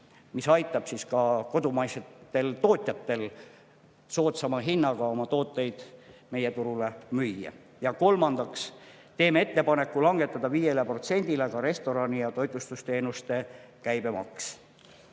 mis aitab kodumaistel tootjatel soodsama hinnaga oma tooteid meie turul müüa. Ja kolmandaks teeme ettepaneku langetada 5%-le restorani- ja toitlustusteenuste käibemaks.